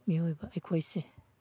ꯃꯤꯑꯣꯏꯕ ꯑꯩꯈꯣꯏꯁꯦ